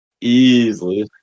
Easily